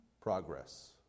progress